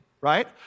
right